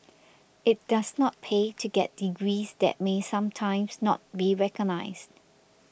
it does not pay to get degrees that may sometimes not be recognised